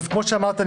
כפי שאמרתי,